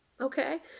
Okay